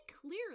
clearly